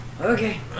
okay